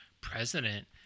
president